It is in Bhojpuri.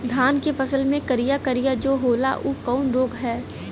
धान के फसल मे करिया करिया जो होला ऊ कवन रोग ह?